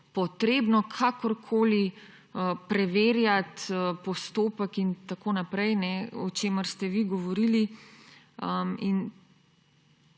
potrebno kakorkoli preverjati postopek in tako naprej, o čemer ste vi govorili.